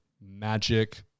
magic